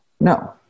No